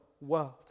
world